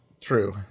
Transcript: True